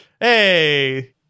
hey